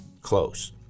close